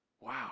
Wow